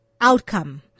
outcome